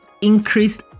increased